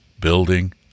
building –